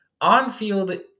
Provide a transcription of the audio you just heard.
On-field